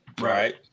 Right